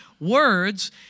words